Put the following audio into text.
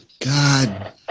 God